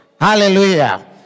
Hallelujah